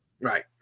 right